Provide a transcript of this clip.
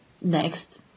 next